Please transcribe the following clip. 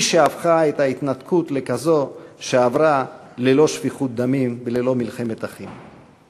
היא שהפכה את ההתנתקות לכזאת שעברה ללא שפיכות דמים וללא מלחמת אחים.